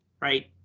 Right